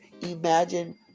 Imagine